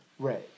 Right